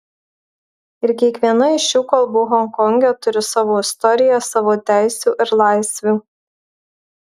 ir kiekviena iš šių kalbų honkonge turi savo istoriją savo teisių ir laisvių